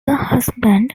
husband